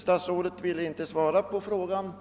Statsrådet ville inte svara på frågan